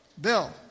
Bill